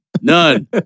None